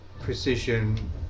precision